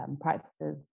practices